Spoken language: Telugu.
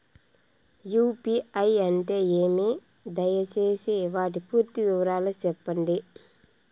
యు.పి.ఐ అంటే ఏమి? దయసేసి వాటి పూర్తి వివరాలు సెప్పండి?